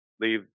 leave